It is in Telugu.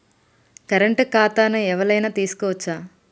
కరెంట్ ఖాతాను ఎవలైనా తీసుకోవచ్చా?